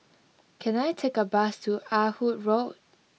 can I take a bus to Ah Hood Road